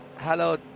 hello